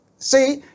See